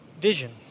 vision